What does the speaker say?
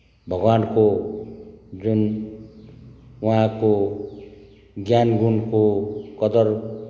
भगवान्को जुन उहाँको ज्ञान गुणको कदर